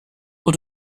und